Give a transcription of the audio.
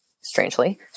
Strangely